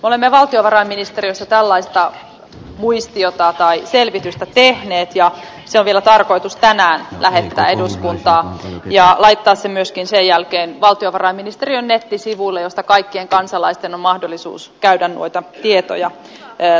olemme valtiovarainministeriössä tällaista muistiota tai selvitystä tehneet ja se on vielä tarkoitus tänään lähettää eduskuntaan ja laittaa se myöskin sen jälkeen valtiovarainministeriön nettisivuille josta kaikkien kansalaisten on mahdollisuus käydä noita tietoja tarkistamassa